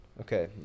Okay